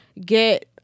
get